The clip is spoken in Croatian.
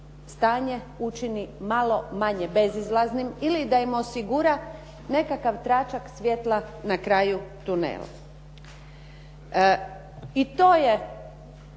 učini malo manje bezizlaznim ili da im osigura nekakav tračak svjetla na kraju tunela.